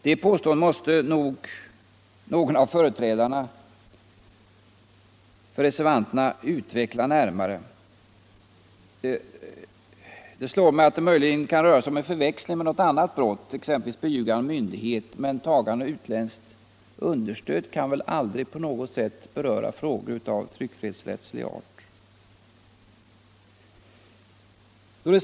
Detta påstående måste nog Måndagen den någon av företrädarna för reservanterna utveckla närmare. Det slår mig 31 maj 1976 att det möjligen kan röra sig om förväxling med något annat brott, ex — SL empelvis beljugande av myndighet, men ”tagande av utländskt under Spioneribrottet stöd” kan väl aldrig på något sätt beröra frågor av tryckfrihetsrättslig m.m. art.